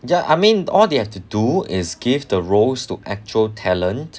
ya I mean all they have to do is to give the roles to actual talent